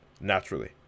naturally